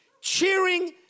cheering